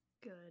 Good